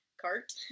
cart